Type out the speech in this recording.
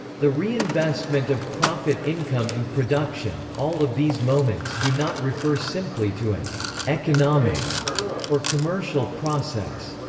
the reinvestment of profit income in production all of these moments do not refer simply to an economic or commercial process.